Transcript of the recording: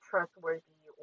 trustworthy